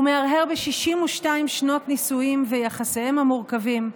הוא מהרהר ב-62 שנות נישואיהם ויחסיהם המורכבים,